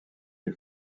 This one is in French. est